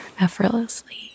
effortlessly